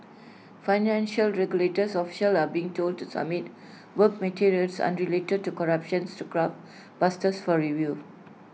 financial regulators officials are being told to submit work materials unrelated to corruptions to graft busters for review